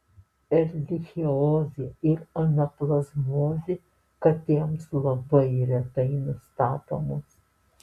erlichiozė ir anaplazmozė katėms labai retai nustatomos